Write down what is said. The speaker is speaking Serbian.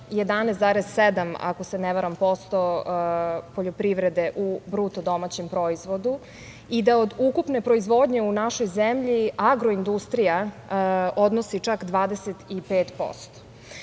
varam, poljoprivrede u bruto domaćem proizvodu i od ukupne proizvodnje u našoj zemlji agroindustrija odnosi čak 25%.